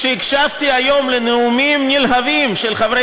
כשהקשבתי היום לנאומים נלהבים של חברי